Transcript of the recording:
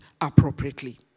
appropriately